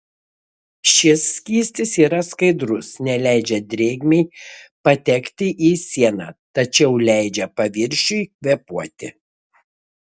šis skystis yra skaidrus neleidžia drėgmei patekti į sieną tačiau leidžia paviršiui kvėpuoti